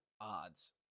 odds